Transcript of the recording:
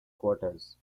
quarters